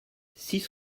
six